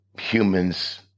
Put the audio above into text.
human's